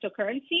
cryptocurrency